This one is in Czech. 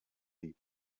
líp